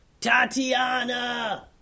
Tatiana